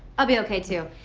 i'll be okay, too.